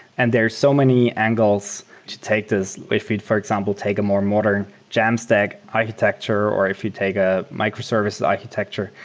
and there are so many angles to take this if you'd, for example, take a more modern jamstack architecture or if you take a microservices architecture.